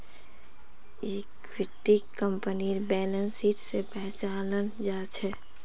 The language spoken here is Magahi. इक्विटीक कंपनीर बैलेंस शीट स पहचानाल जा छेक